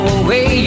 away